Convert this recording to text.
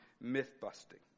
myth-busting